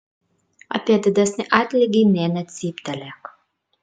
apie didesnį atlygį nė necyptelėk